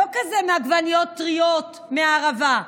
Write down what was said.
לא כזה מעגבניות טריות מהערבה,